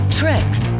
tricks